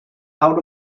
out